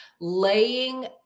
laying